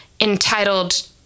entitled